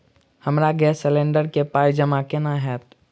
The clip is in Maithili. हमरा गैस सिलेंडर केँ पाई जमा केना हएत?